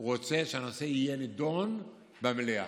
שהוא רוצה שהנושא יהיה נדון במליאה.